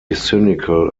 cynical